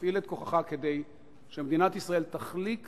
שתפעיל את כוחך כדי שמדינת ישראל תחליק